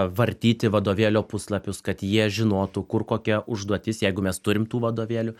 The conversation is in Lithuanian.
vartyti vadovėlio puslapius kad jie žinotų kur kokia užduotis jeigu mes turim tų vadovėlių